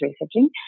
researching